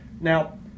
Now